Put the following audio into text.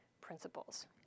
principles